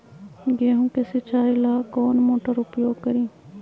गेंहू के सिंचाई ला कौन मोटर उपयोग करी?